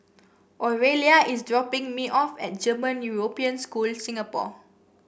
Orelia is dropping me off at German European School Singapore